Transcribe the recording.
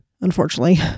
unfortunately